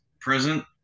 present